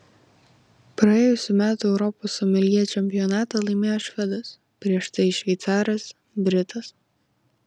praėjusių metų europos someljė čempionatą laimėjo švedas prieš tai šveicaras britas